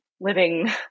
living